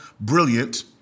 brilliant